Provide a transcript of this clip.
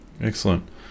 Excellent